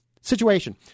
situation